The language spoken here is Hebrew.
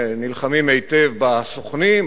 נלחמים היטב בסוכנים,